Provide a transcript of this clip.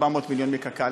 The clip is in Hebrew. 400 מיליון מקק"ל.